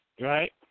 right